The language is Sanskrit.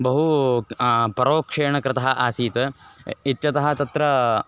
बहु परोक्षेण कृतः आसीत् इत्यतः तत्र